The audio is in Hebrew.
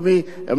והם לא ויתרו.